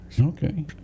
okay